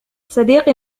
صديقي